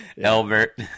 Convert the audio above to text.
elbert